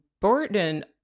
burden